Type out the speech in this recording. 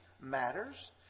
matters